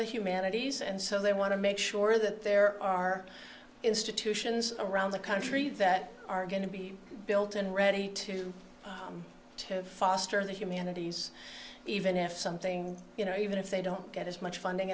the humanities and so they want to make sure that there are institutions around the country that are going to be built and ready to foster the humanities even if something you know even if they don't get as much funding